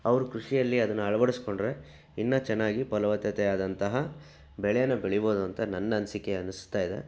ಅವರು ಕೃಷಿಯಲ್ಲಿ ಅದನ್ನು ಅಳವಡಿಸ್ಕೊಂಡ್ರೆ ಇನ್ನೂ ಚೆನ್ನಾಗಿ ಫಲವತ್ತತೆ ಆದಂತಹ ಬೆಳೆನ ಬೆಳೀಬಹುದು ಅಂತ ನನ್ನ ಅನಿಸಿಕೆ ಅನ್ನಿಸ್ತಾಯಿದೆ